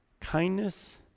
kindness